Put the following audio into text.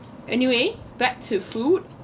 anyway back to food